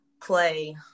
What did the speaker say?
play